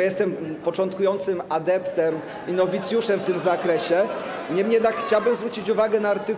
Ja jestem początkującym adeptem i nowicjuszem w tym zakresie, niemniej jednak chciałby zwrócić uwagę na art.